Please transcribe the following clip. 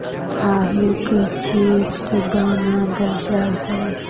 आलू के चिप्स बनावल जा हइ